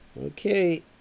Okay